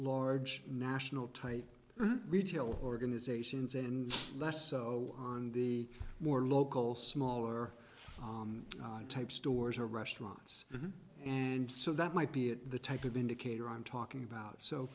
large national tight retail organizations and less so on the more local smaller type stores or restaurants and so that might be the type of indicator i'm talking about so